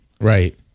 Right